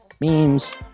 memes